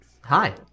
hi